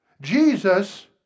Jesus